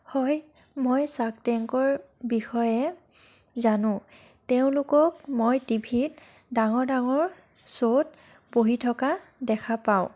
হয় মই শ্বাৰ্ক টেংকৰ বিষয়ে জানোঁ তেওঁলোকক মই টিভিত ডাঙৰ ডাঙৰ শ্ব'ত বহি থকা দেখা পাওঁ